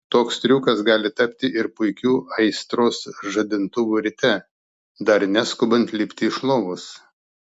toks triukas gali tapti ir puikiu aistros žadintuvu ryte dar neskubant lipti iš lovos